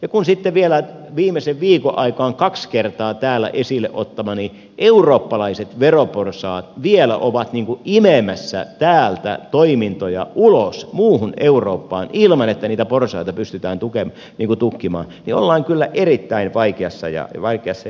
ja kun sitten vielä viimeisen viikon aikana kaksi kertaa täällä esille ottamani eurooppalaiset veroporsaat ovat imemässä täältä toimintoja ulos muuhun eurooppaan ilman että niitä porsaanreikiä pystytään tukkimaan niin ollaan kyllä erittäin vaikeassa ja hankalassa tilanteessa